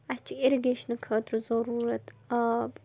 اَسہِ چھِ اِرگیشنہٕ خٲطرٕ ضٔروٗرتھ آب